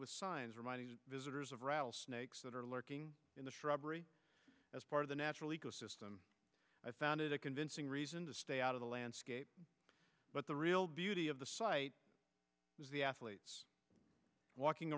signs reminding visitors of rattlesnakes that are lurking in the shrubbery as part of the natural ecosystem i found it a convincing reason to stay out of the landscape but the real beauty of the site the athletes walking